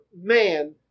man